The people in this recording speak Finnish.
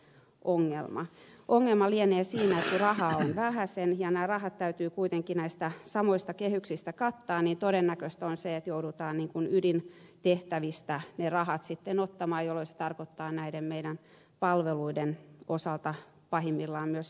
ongelma lienee siinä että kun rahaa on vähäsen ja nämä rahat täytyy kuitenkin näistä samoista kehyksistä kattaa niin todennäköistä on se että joudutaan ydintehtävistä ne rahat sitten ottamaan jolloin se tarkoittaa näiden meidän palveluiden osalta pahimmillaan myös heikennyksiä